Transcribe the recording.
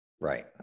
right